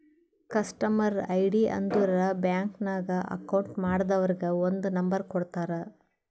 customer ID ಅಂದುರ್ bank ನಾಗ್ account ಮಾಡ್ದವರಿಗ್ ಒಂದ್ ನಂಬರ್ ಕೊಡ್ತಾರ್